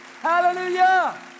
Hallelujah